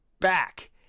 back